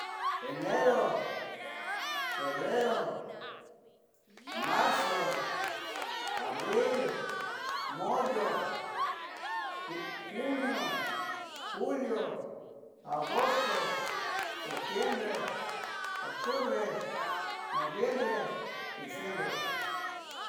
Enero, febrero, marzo, abril, muyoh, junio,. julio, agosto, setiembre, otubre, noviembre y diciembre.